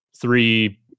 three